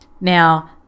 Now